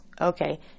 okay